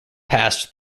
passed